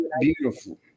Beautiful